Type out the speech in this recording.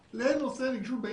נגישות,